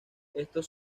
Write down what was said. estos